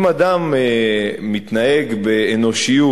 אם אדם מתנהג באנושיות,